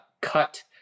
cut